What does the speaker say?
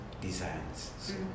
designs